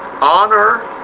honor